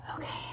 okay